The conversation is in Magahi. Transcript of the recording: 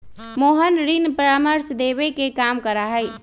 मोहन ऋण परामर्श देवे के काम करा हई